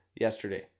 yesterday